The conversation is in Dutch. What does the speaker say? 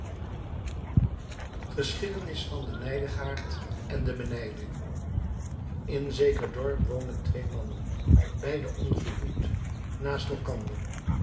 geschiedenis van den nijdigaard en den benijde in zeker dorp woonden twee mannen beide ongehuwd naast elkander